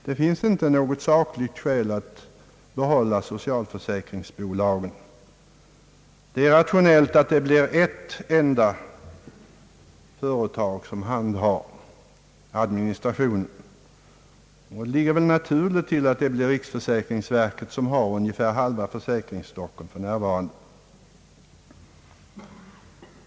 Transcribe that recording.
Det finns inte något sakligt skäl att behålla socialförsäkringsbolagen. Det är rationellt att ett enda företag handhar administratio nen, och det är väl naturligt att det blir riksförsäkringsverket som för närvarande har ungefär halva försäkringstocken.